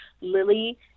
Lily